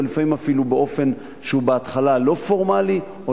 ולפעמים אפילו באופן שהוא בהתחלה לא פורמלי או